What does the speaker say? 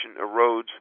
erodes